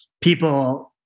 people